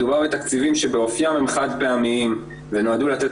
מדובר על תקציבים שבאופיים הם חד פעמיים ונועדו לתת